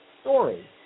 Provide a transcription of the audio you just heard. story